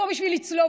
לא בשביל לצלוב.